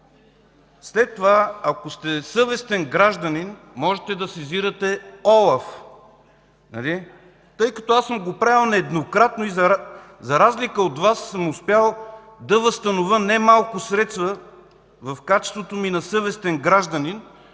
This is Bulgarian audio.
След това, ако сте съвестен гражданин, можете да сезирате ОЛАФ. Тъй като аз съм го правил нееднократно, за разлика от Вас съм успял да възстановя немалко средства в качеството ми на съвестен гражданин.